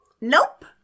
Nope